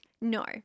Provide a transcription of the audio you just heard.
No